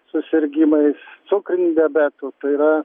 susirgimais cukriniu diabetu tai yra